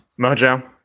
Mojo